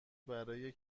برای